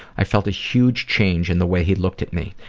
i felt a huge change in the way he looked at me.